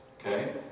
okay